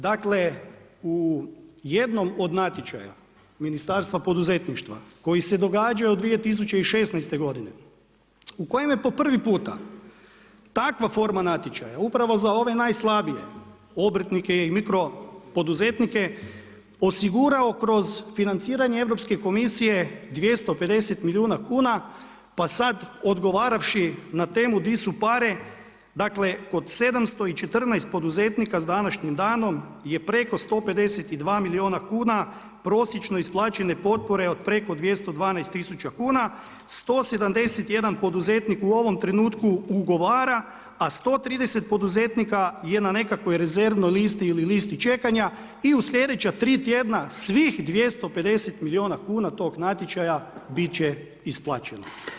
Dakle u jednom od natječaja Ministarstva poduzetništva koji se događaju od 2016. godine, u kojem je po prvi puta takva forma natječaja upravo za ove najslabije obrtnike i mikropoduzetnike osigurao kroz financiranje Europske komisije 250 milijuna kuna pa sad odgovaravši na temu di su pare, dakle od 714 poduzetnika s današnjim danom je preko 152 milijuna kuna prosječno isplaćene potpore od preko 212 000 kuna, 171 poduzetnik u ovom trenutku ugovara a 130 poduzetnika je na nekakvoj rezervnoj listi ili listi čekanja i u slijedeća 3 tjedna svih 250 milijuna tog natječaja bit će isplaćeno.